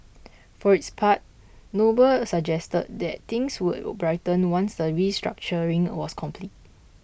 for its part Noble suggested that things would brighten once the restructuring was complete